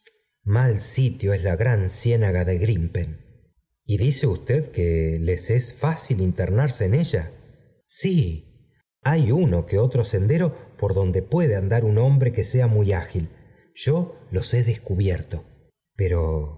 mal sitio es la gran ciénaga de grimpen é y dice usted que le es fácil internarse en ella sí hay uno que otro sendero por donde pue ae andar un hombre que sea muy ágil yo los he descubierto pero